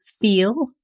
feel